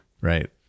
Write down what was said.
Right